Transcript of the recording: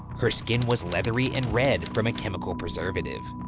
her skin was leathery and red from a chemical preservative.